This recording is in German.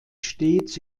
stets